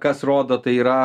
kas rodo tai yra